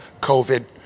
COVID